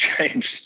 changed